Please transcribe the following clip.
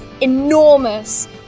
enormous